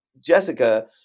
Jessica